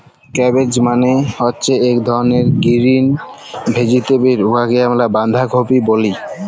cabbage মালে হছে ইক ধরলের গিরিল ভেজিটেবল উয়াকে আমরা বাঁধাকফি ব্যলি